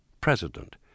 president